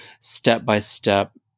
step-by-step